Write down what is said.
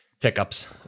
hiccups